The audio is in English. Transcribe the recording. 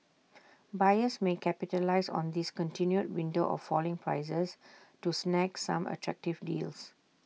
buyers may capitalise on this continued window of falling prices to snag some attractive deals